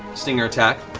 stinger attack.